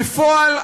בפועל,